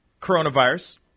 coronavirus